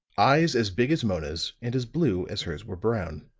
eyes as big as mona's and as blue as hers were brown.